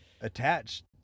attached